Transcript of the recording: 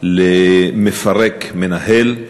של מפרק-מנהל,